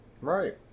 Right